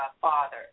father